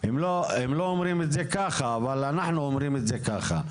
הם לא אומרים את זה ככה אבל אנחנו אומרים את זה ככה.